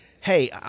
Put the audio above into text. hey